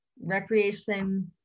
recreation